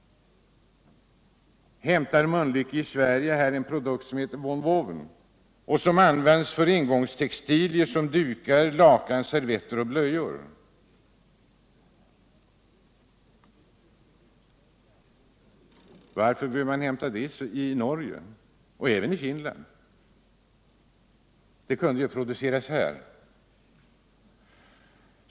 Mölnlycke i Sverige hämtar här en produkt som heter non-woven, som används för engångstextilier såsom dukar, lakan, servetter och blöjor. Varför behöver man hämta det i Norge eller i Finland? Produkten kunde ju framställas här.